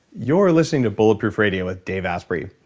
you're listening to bulletproof radio with dave asprey.